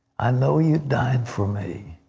i know you died for me.